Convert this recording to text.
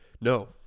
No